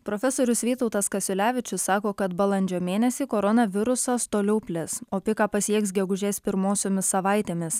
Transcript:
profesorius vytautas kasiulevičius sako kad balandžio mėnesį korona virusas toliau plis o piką pasieks gegužės pirmosiomis savaitėmis